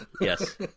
Yes